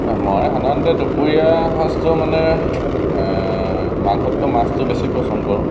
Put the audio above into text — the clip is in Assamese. আ মই সাধাৰণতে দুপৰীয়ৰ সাজটোত মানে মাংসতকৈ মাছটো বেছি পচন্দ কৰোঁ